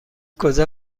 کجا